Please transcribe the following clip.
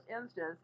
instance